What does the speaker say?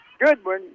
Goodwin